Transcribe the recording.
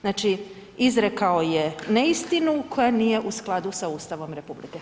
Znači, izrekao je neistinu koja nije u skladu sa Ustavom RH.